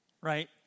right